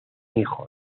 hijo